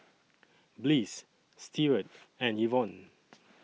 Bliss Steward and Evon